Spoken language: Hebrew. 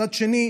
מצד שני,